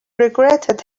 regretted